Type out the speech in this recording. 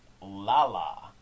Lala